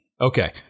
Okay